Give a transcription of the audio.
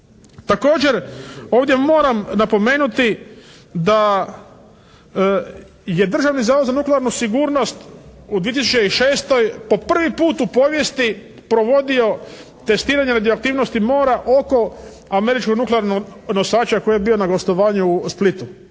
Također ovdje moram napomenuti da je Državni zavod za nuklearnu sigurnost u 2006. po prvi puta u povijesti provodio testiranje radioaktivnosti mora oko američkog nuklearnog nosača koji je bio na gostovanju u Splitu.